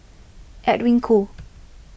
Edwin Koo